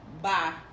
Bye